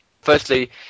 firstly